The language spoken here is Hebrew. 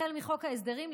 החל בחוק ההסדרים,